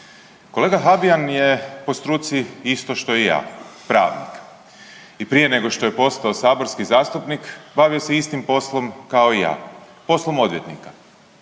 Kolega Habijan je po struci isto što i ja pravnik i prije nego što je postao saborski zastupnik bavio se istim poslom kao i ja, poslom odvjetnika.